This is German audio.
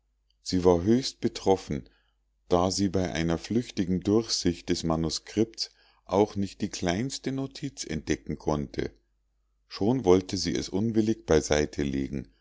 sie war höchst betroffen da sie bei einer flüchtigen durchsicht des manuskripts auch nicht die kleinste notiz entdecken konnte schon wollte sie es unwillig